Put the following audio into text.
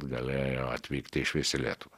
galėjo atvykti išvis į lietuvą